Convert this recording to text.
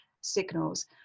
signals